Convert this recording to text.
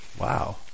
Wow